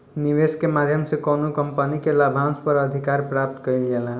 निवेस के माध्यम से कौनो कंपनी के लाभांस पर अधिकार प्राप्त कईल जाला